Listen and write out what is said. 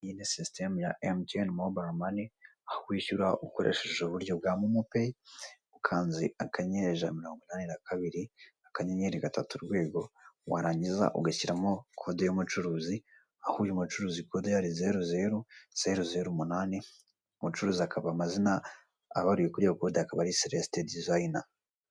Iyi ni sisiteme ya emutiyene mobayiro mani, aho wishyura ukoresheje uburyo bwa momo peyi, ukanze akanyenyeri ijana na mirongo inane na kabiri, akanyenyeri gatatu urwego, warangiza ugashyiramo kode y'umucuruzi, aho uyu mucuruzi kode ye yari zero zero, zero zero umunane, umucuruzi akaba amazina abaruye kuri iyo kode akaba ari Celestin design.